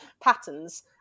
patterns